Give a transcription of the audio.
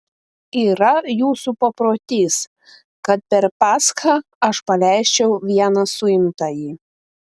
yra jūsų paprotys kad per paschą aš paleisčiau vieną suimtąjį